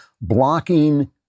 blocking